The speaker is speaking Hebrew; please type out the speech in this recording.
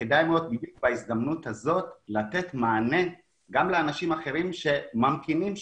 שכדאי מאוד בהזדמנות הזאת לתת מענה גם לאנשים אחרים שממתינים שם.